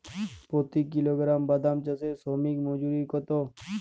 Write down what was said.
প্রতি কিলোগ্রাম বাদাম চাষে শ্রমিক মজুরি কত?